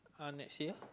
uh next year